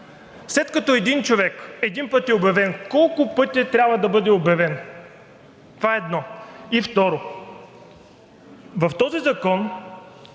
След като един човек един път е обявен, колко пъти трябва да бъде обявен? Това – едно. И второ, в този закон